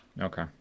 Okay